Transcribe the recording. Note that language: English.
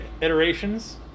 iterations